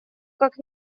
как